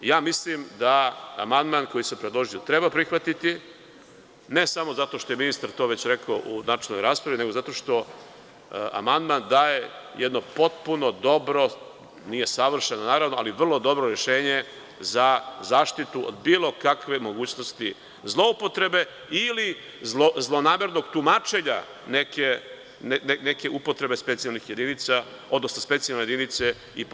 Ja mislim da amandman koji sam predložio treba prihvatiti, ne samo zato što je ministar to već rekao u načelnoj raspravi, nego zato što amandman daje jedno potpuno dobro, nije savršeno, naravno, ali vrlo dobro rešenje za zaštitu od bilo kakve mogućnosti zloupotrebe ili zlonamernog tumačenje neke upotrebe specijalne jedinice i posebnih jedinica.